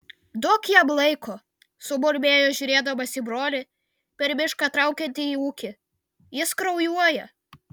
duok jam laiko sumurmėjo žiūrėdamas į brolį per mišką traukiantį į ūkį jis kraujuoja